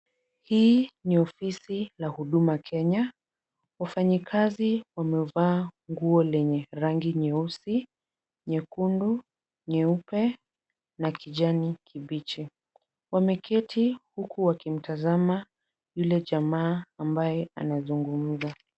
Hii ni ofisi la Huduma Kenya. Wafanyikazi wamevaa nguo lenye rangi nyeusi, nyekundu, nyeupe na kijani kibichi. Wameketi huku wakimtazama yule jamaa ambaye anazungumza.